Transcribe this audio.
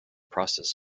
process